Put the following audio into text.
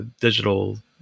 digital